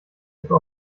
etwa